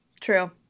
True